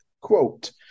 quote